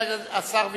השר וילנאי,